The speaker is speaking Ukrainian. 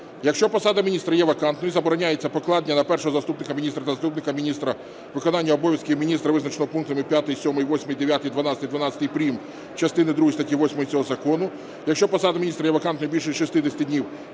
"Якщо посада міністра є вакантною, забороняється покладення на першого заступника міністра та заступників міністра виконання обов'язків міністра, визначеного пунктами 5, 7, 8, 9, 12, 12 прим. частини другої статті 8 цього закону. Якщо посада міністра є вакантною більше 60 днів,